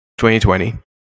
2020